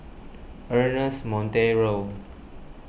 Ernest Monteiro